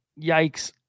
yikes